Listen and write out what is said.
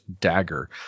dagger